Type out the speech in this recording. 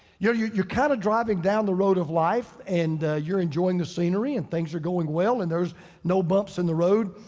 you're you're you're kind of driving down the road of life and you're enjoying the scenery and things are going well and there's no bumps in the road.